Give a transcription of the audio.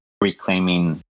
reclaiming